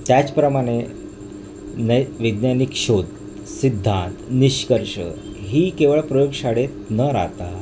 त्याचप्रमाणे नै वैज्ञानिक शोध सिद्धांत निष्कर्ष ही केवळ प्रयोग शाळेत न राहता